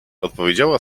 odpowiedziała